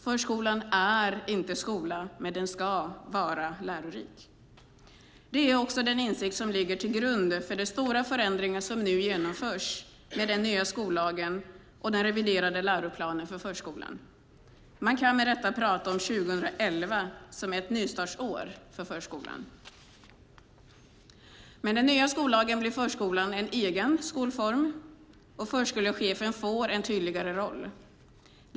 Förskolan är inte skola men den ska vara lärorik. Det är också den insikt som ligger till grund för de stora förändringar som nu genomförs med den nya skollagen och den reviderade läroplanen för förskolan. Man kan med rätta prata om 2011 som ett nystartsår för förskolan. Med den nya skollagen blir förskolan en egen skolform och förskolechefen får en tydligare roll.